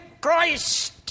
Christ